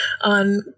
on